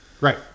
Right